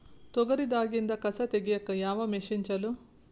ತೊಗರಿ ದಾಗಿಂದ ಕಸಾ ತಗಿಯಕ ಯಾವ ಮಷಿನ್ ಚಲೋ?